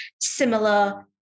similar